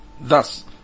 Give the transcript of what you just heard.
Thus